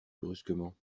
brusquement